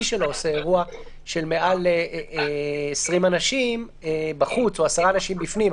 שלו עושה אירוע של מעל 20 אנשים בחוץ או 10 אנשים בפנים,